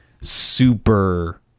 super